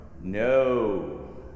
No